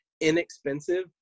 inexpensive